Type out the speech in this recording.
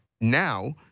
now